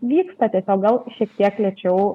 vyksta tiesiog gal šiek tiek lėčiau